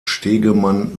stegemann